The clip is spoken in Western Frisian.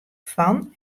fan